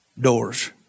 doors